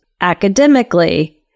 academically